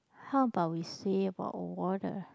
how about we say about water